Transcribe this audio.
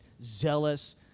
zealous